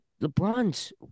LeBron's